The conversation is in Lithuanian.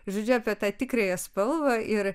žodžiu apie tą tikrąją spalvą ir